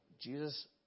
Jesus